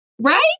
Right